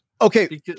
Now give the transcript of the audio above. Okay